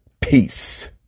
Peace